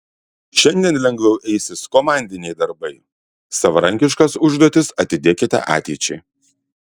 šiandien lengviau eisis komandiniai darbai savarankiškas užduotis atidėkite ateičiai